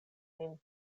nin